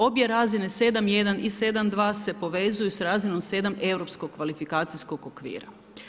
Obje razine 7.1. i 7.2. se povezuju sa razinom 7 europskog kvalifikacijskog okvira.